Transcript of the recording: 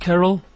Carol